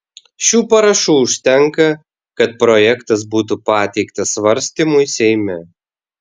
šių parašų užtenka kad projektas būtų pateiktas svarstymui seime